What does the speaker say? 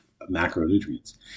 macronutrients